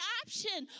option